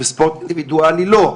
וספורט אינדוידואלי לא.